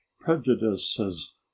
prejudices